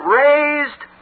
raised